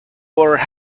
were